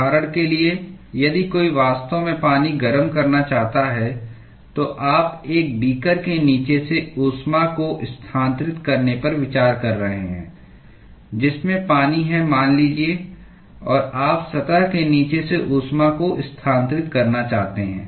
उदाहरण के लिए यदि कोई वास्तव में पानी गर्म करना चाहता है तो आप एक बीकर के नीचे से ऊष्मा को स्थानांतरित करने पर विचार कर रहे हैं जिसमें पानी है मान लीजिए और आप सतह के नीचे से ऊष्मा को स्थानांतरित करना चाहते हैं